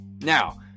Now